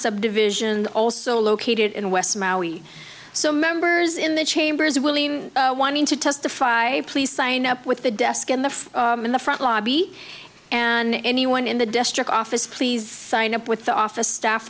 subdivision also located in west maui so members in the chamber is willing to testify please sign up with the desk in the in the front lobby and anyone in the district office please sign up with the office staff